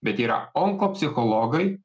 bet yra onkopsichologai